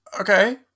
Okay